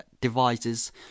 devices